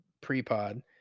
pre-pod